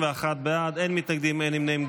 31 בעד, אין מתנגדים, אין נמנעים.